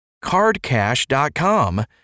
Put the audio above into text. cardcash.com